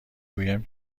گویم